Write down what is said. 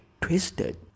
twisted